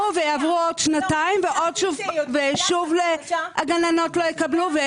ויעברו עוד שנתיים ושוב הגננות לא יקבלו.